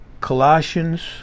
Colossians